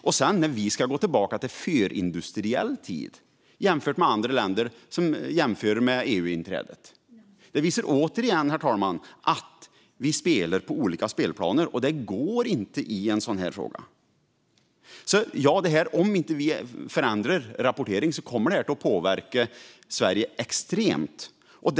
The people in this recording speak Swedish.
Att vi dessutom går tillbaka till förindustriell tid medan andra länder jämför med tiden för EU-inträdet visar återigen att vi spelar på olika spelplaner, och det går inte i en sådan här fråga. Om vi inte förändrar vår rapportering kommer det att påverka Sverige extremt mycket.